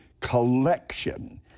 collection